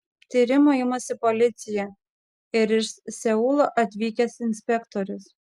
tyrimo imasi policija ir iš seulo atvykęs inspektorius